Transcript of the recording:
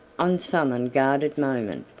on some unguarded moment.